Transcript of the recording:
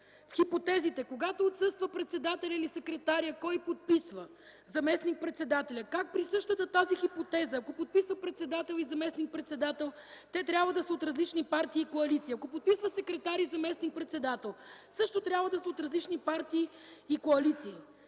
6, хипотезите – когато отсъства председателят или секретарят кой подписва – заместник председателят, как при същата тази хипотеза, ако подписва председател и заместник-председател, те трябва да са от различни партии и коалиции; ако подписва секретар и заместник-председател – също трябва да се от различни партии и коалиции.